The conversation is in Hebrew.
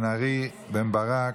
בן ארי, בן ברק,